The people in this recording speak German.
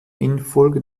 infolge